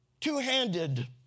Two-handed